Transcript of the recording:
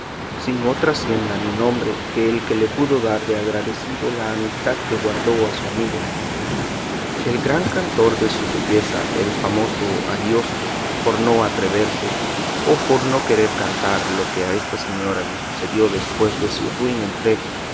hacienda ni nombre que el que le pudo dar de agradecido la amistad que guardó a su amigo el gran cantor de su belleza el famoso ariosto por no atreverse o por no querer cantar lo que a esta señora le sucedió después de su ruin entrego